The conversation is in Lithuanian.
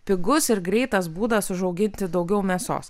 pigus ir greitas būdas užauginti daugiau mėsos